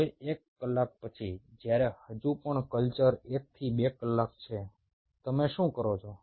હવે એક કલાક પછી જ્યારે હજુ પણ કલ્ચર 1 થી 2 કલાક છે તમે શું કરો છો